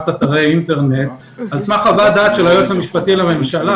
אתרי אינטרנט על סמך חוות דעת של היועץ המשפטי לממשלה,